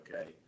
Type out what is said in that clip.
okay